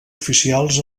oficials